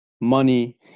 money